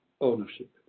ownership